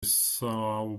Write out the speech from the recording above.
são